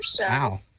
Wow